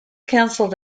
canceled